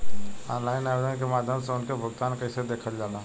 Online आवेदन के माध्यम से उनके भुगतान कैसे देखल जाला?